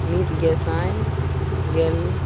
ᱢᱤᱫ ᱜᱮᱥᱟᱭ ᱜᱮᱞ